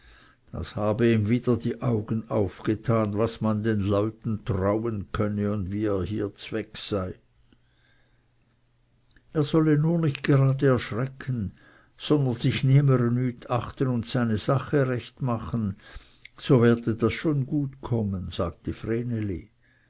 das habe ihm wieder die augen aufgetan was man den leuten trauen könne und wie er hier zweg sei er solle nur nicht gerade erschrecken sondern sich niemere nüt achten und seine sache recht machen so werde das schon gut kommen sagte